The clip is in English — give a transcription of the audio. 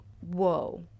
whoa